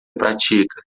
pratica